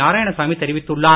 நாராயணசாமி தெரிவித்துள்ளார்